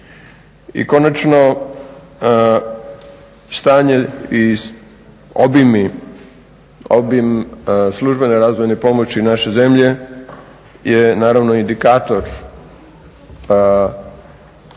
I konačno stanje i obim službene razvojne pomoći naše zemlje je naravno indikator naših